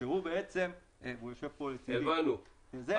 ולכן אנחנו מתאימים.